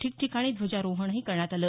ठिकठिकाणी ध्वजारोहणही करण्यात आलं